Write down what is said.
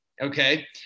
Okay